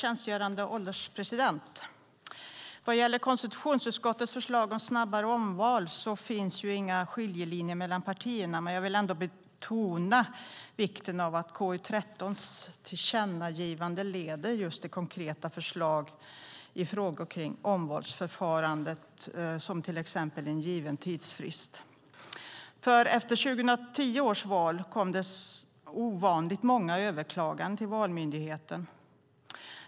Herr ålderspresident! Vad gäller konstitutionsutskottets förslag om snabbare omval finns det inga skiljelinjer mellan partierna. Men jag vill ändå betona vikten av att KU13:s tillkännagivande leder just till konkreta förslag i frågor kring omvalsförfarandet. Det gäller till exempel en given tidsfrist. Efter 2010 års val kom det ovanligt många överklaganden till Valprövningsnämnden.